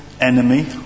enemy